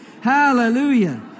Hallelujah